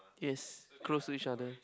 is close to each other